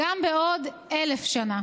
גם בעוד 1,000 שנה.